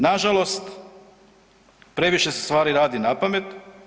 Na žalost previše se stvari radi na pamet.